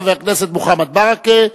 חבר הכנסת מוחמד ברכה,